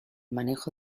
manejo